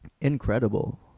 incredible